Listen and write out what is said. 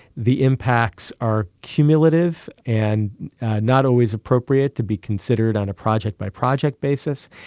the impacts are cumulative and not always appropriate to be considered on a project by project basis,